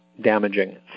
damaging